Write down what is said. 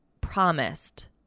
promised